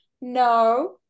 no